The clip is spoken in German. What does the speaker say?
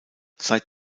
seit